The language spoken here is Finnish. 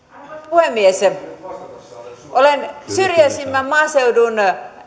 puhemies olen syrjäisimmän maaseudun